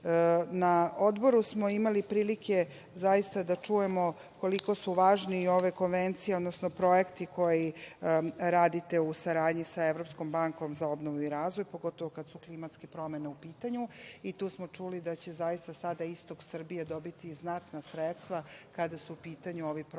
Odboru smo imali prilike zaista da čujemo koliko su važne i ove konvencije, odnosno projekti koji radite u saradnji sa Evropskom bankom za obnovu i razvoj, pogotovo kada su klimatske promene u pitanju i tu smo čuli da će zaista sada istok Srbije dobiti znatna sredstva kada su u pitanju ovi projekti